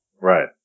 Right